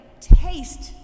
taste